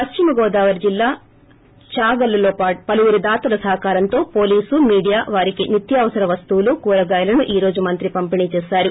పశ్సిమగోదావరి జిల్లా దాగల్లు లో పలువురి దాతల సహకారంతో పోలీసు మీడియా వారికి నిత్యావసర వస్తువులు కూరగాయలను ఈ రోజు మంత్రి పంపిణీ చేసారు